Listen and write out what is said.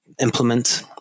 implement